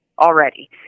already